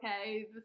okay